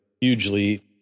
hugely